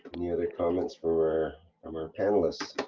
comments for. from our panelists.